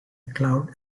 cloud